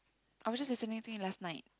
I was just listening to it last night